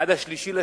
עד 3 במרס,